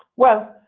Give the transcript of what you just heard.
well,